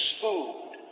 food